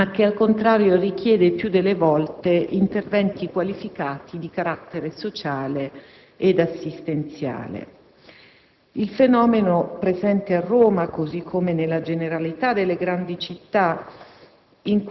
ma al contrario richiede il più delle volte interventi qualificati di carattere sociale ed assistenziale. Il fenomeno, presente a Roma così come nella generalità delle grandi città,